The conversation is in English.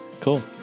cool